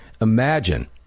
Imagine